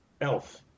Elf